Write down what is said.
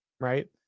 right